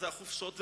זה החופשות,